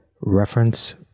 reference